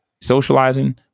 socializing